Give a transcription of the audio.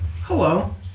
Hello